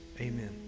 Amen